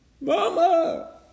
Mama